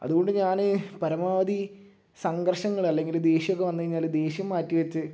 അതുകൊണ്ട് ഞാൻ പരമാവധി സംഘർഷങ്ങൾ അല്ലെങ്കിൽ ദേഷ്യമൊക്കെ വന്ന് കഴിഞ്ഞാൽ ദേഷ്യം മാറ്റി വെച്ച്